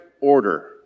order